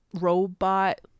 robot